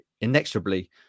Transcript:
inexorably